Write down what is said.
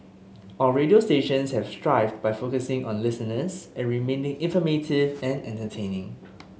our radio stations have thrived by focusing on listeners and remaining informative and entertaining